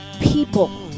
people